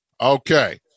Okay